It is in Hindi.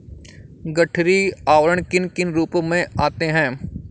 गठरी आवरण किन किन रूपों में आते हैं?